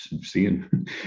seeing